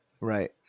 Right